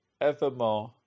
evermore